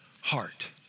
heart